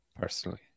personally